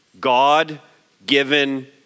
God-given